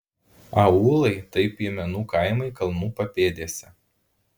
aūlai tai piemenų kaimai kalnų papėdėse